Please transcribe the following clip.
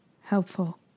helpful